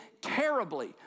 terribly